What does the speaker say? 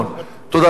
תודה רבה, אדוני.